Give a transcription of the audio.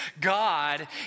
God